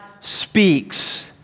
speaks